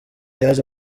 yaje